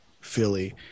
Philly